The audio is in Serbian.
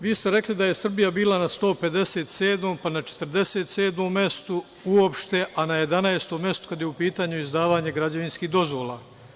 Vi ste rekli da je Srbija bila na 157, pa 47 mestu uopšte, a na 11 mestu kada je u pitanju izdavanje građevinskih dozvola.